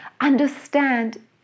understand